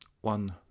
one